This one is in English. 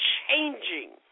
changing